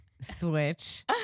switch